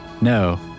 No